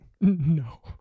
No